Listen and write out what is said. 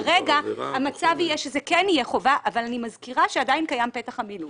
כרגע המצב יהיה שזה יהיה חובה אבל אני מזכירה שעדיין קיים פתח המילוט.